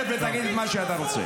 לא נכון, אתה לא צודק.